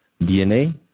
DNA